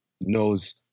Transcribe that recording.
knows